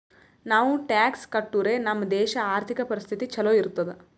ನಾವು ಟ್ಯಾಕ್ಸ್ ಕಟ್ಟುರೆ ನಮ್ ದೇಶ ಆರ್ಥಿಕ ಪರಿಸ್ಥಿತಿ ಛಲೋ ಇರ್ತುದ್